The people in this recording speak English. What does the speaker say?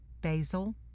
basil